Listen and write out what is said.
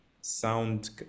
sound